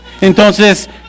Entonces